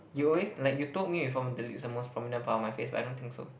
you always like you told me before the lips are the most prominent part of my face but I don't think so